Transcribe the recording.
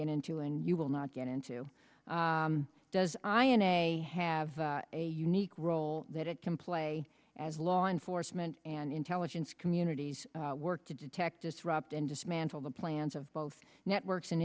get into and you will not get into does i in a have a unique role that it can play as law enforcement and intelligence communities work to detect disrupt and dismantle the plans of both networks and